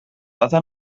data